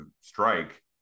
strike